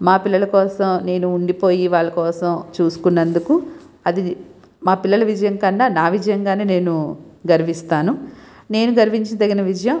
మా పిల్లల కోసం నేను ఉండిపోయి వాళ్ళ కోసం చేసుకున్నందుకు అది మా పిల్లల విజయం కన్నా నా విజయంగానే నేను గర్విస్తాను నేను గర్వించ దగిన విజయం